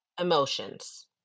emotions